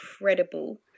incredible